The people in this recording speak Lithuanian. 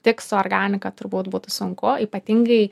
tik su organika turbūt būtų sunku ypatingai